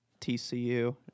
TCU